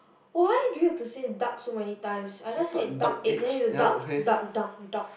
why do you have to say duck so many times I just said duck eggs and then you duck duck duck duck